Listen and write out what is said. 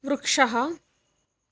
वृक्षः